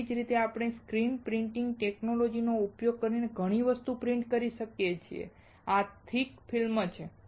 તેવી જ રીતે આપણે સ્ક્રીન પ્રિન્ટિંગ ટેક્નૉલોજિ નો ઉપયોગ કરીને ઘણી વસ્તુઓ પ્રિન્ટ કરીએ છીએ અને આ થીક ફિલ્મ છે